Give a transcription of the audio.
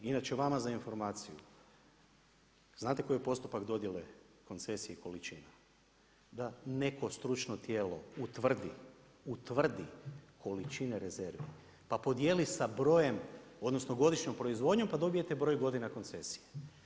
Inače vama za informaciju, znate koji je postupak dodjele koncesije i količina, da neko stručno tijelo utvrdi količine rezervi, pa podijeli sa brojem odnosno godišnjom proizvodnjom pa dobijete broj godina koncesije.